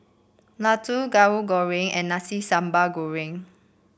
laddu Tahu Goreng and Nasi Sambal Goreng